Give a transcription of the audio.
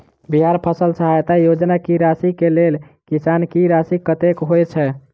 बिहार फसल सहायता योजना की राशि केँ लेल किसान की राशि कतेक होए छै?